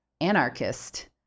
anarchist